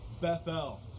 Bethel